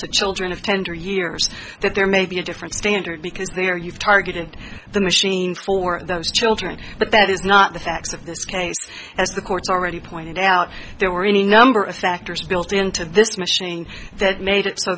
to children of tender years that there may be a different standard because they are you've targeted the machine for those children but that is not the facts of this case as the court's already pointed out there were any number of factors built into this machine that made it so